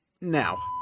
now